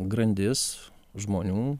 grandis žmonių